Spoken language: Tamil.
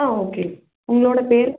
ஆ ஓகே உங்களோடய பேர்